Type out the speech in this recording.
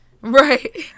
Right